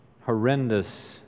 horrendous